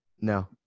no